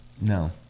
No